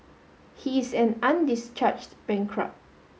he is an undischarged bankrupt